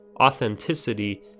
authenticity